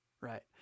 Right